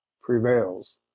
prevails